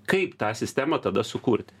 kaip tą sistemą tada sukurti